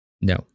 No